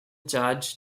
charge